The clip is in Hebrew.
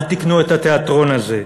אל תקנו את התיאטרון הזה.